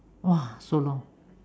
!wah! so long